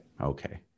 okay